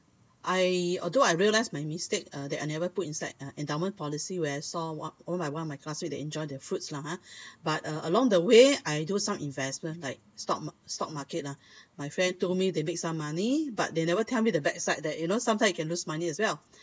I although I realised my mistake uh that I never put inside uh endowment policy where I saw one all my one of my classmate they enjoy their fruits lah ha but uh along the way I do some investment like stock ma~ stock market ah my friend told me they make some money but they never tell me the bad side that you know sometimes you can lose money as well